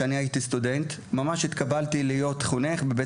כשהייתי סטודנט התקבלתי להיות חונך בבית